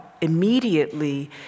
immediately